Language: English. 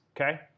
okay